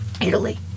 Italy